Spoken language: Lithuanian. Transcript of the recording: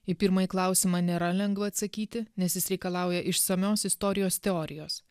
į pirmąjį klausimą nėra lengva atsakyti nes jis reikalauja išsamios istorijos teorijos